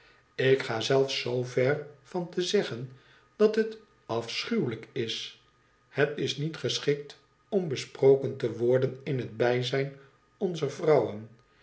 ik ga zelfs zoo ver van te zeggen dat het afschuwelijk is het is niet geschikt om besproken te worden in het bijzijn onzer vrouwen